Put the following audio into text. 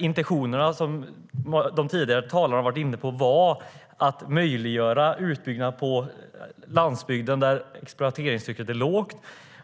Intentionerna, som de tidigare talarna har varit inne på, var att möjliggöra utbyggnad på landsbygden där exploateringstrycket är lågt,